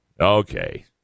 Okay